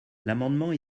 l’amendement